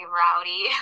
rowdy